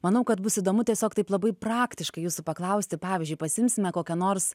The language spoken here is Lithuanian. manau kad bus įdomu tiesiog taip labai praktiškai jūsų paklausti pavyzdžiui pasiimsime kokią nors